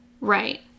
Right